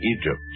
Egypt